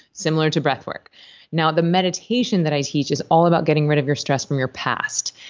similar to breathwork now, the meditation that i teach is all about getting rid of your stress from your past.